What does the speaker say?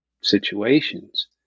situations